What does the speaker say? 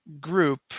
group